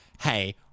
hey